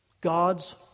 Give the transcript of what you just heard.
God's